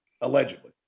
Allegedly